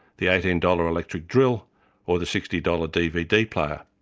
the eighteen dollars electric drill or the sixty dollars dvd player.